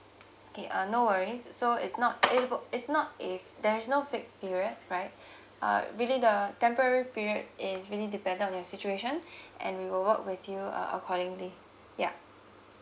okay uh no worries so it's not it's not if there's no fixed period right uh really the temporary period is really dependent on your situation and we will work with uh you accordingly yup